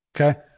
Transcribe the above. Okay